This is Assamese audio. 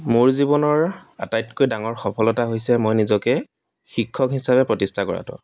মোৰ জীৱনৰ আটাইতকৈ ডাঙৰ সফলতা হৈছে মই নিজকে শিক্ষক হিচাপে প্ৰতিষ্ঠা কৰাটো